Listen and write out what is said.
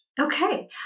Okay